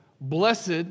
Blessed